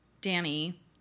Danny